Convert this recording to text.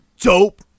dope